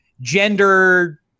gender